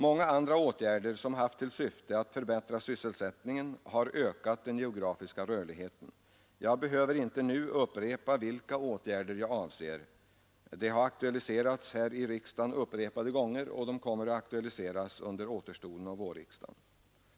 Många andra åtgärder som haft till syfte att förbättra sysselsättningen har ökat den geografiska rörligheten. Jag behöver inte nu upprepa vilka åtgärder jag avser. De har aktualiserats här i riksdagen åtskilliga gånger, och de kommer från vår sida att aktualiseras under återstoden av vårriksdagen.